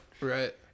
Right